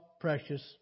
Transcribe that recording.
precious